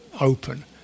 open